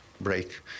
break